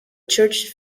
church